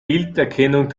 bilderkennung